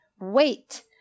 Wait